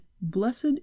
Blessed